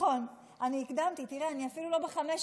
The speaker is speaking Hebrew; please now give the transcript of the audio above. להקדים כי את ממהרת ותראי מה את עושה.